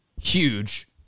huge